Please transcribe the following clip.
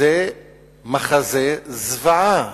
זה מחזה זוועה.